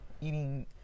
eating